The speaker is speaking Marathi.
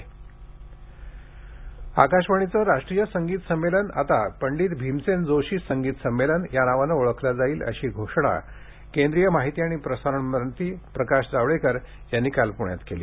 पंडित भीमसेन जोशी संगीत संमेलन आकाशवाणीचे राष्ट्रीय संगीत संमेलन आता पंडित भीमसेन जोशी संगीत संमेलन या नावाने ओळखले जाईल अशी घोषणा केंद्रीय माहिती आणि प्रसारण मंत्री प्रकाश जावडेकर यांनी काल पूण्यात केली